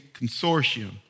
Consortium